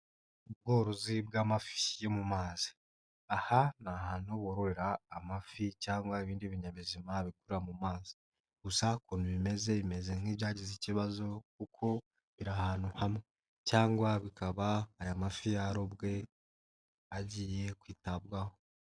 Ubworozi bw'amafi yo mu mazi, aha ni ahantu bororera amafi cyangwa ibindi binyabuzima bikurira mu mazi, gusa ukuntu bimeze, bimeze nk'ibyagize ikibazo kuko biri ahantu hamwe cyangwa bikaba aya mafi yarobwe, agiye kwitabwaho.